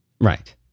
Right